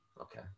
Okay